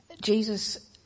Jesus